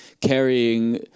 carrying